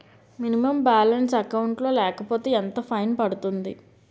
Minimum balance account లో లేకపోతే ఎంత ఫైన్ పడుతుంది?